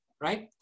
right